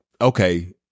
okay